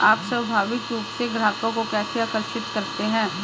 आप स्वाभाविक रूप से ग्राहकों को कैसे आकर्षित करते हैं?